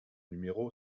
numéro